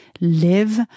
live